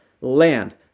land